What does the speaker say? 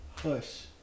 Hush